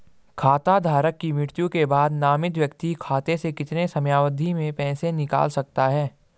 खाता धारक की मृत्यु के बाद नामित व्यक्ति खाते से कितने समयावधि में पैसे निकाल सकता है?